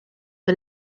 the